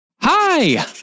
hi